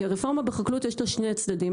כי הרפורמה בחקלאות יש לה שני צדדים,